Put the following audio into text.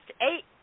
eight